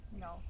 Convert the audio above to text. No